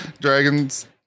dragons